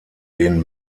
denen